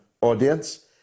audience